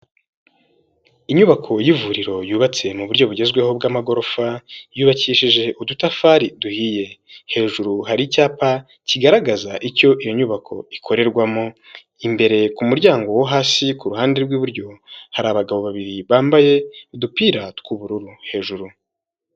Inyubako y'ivuriro yubatse mu buryo bugezweho bw'amagorofa, yubakishije udutafari duhiye, hejuru hari icyapa kigaragaza icyo iyo nyubako ikorerwamo, imbere ku muryango wo hasi ku ruhande rw'iburyo hari abagabo babiri bambaye udupira tw'ubururu hejuru.